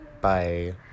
Bye